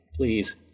Please